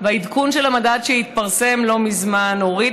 והעדכון של המדד שהתפרסם לא מזמן הוריד